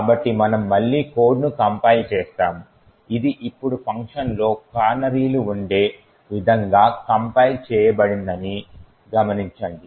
కాబట్టి మనము మళ్ళీ కోడ్ ను కంపైల్ చేస్తాము ఇది ఇప్పుడు ఫంక్షన్లలో కానరీలు ఉండే విధంగా కంపైల్ చేయబడిందని గమనించండి